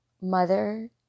mother